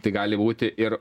tai gali būti ir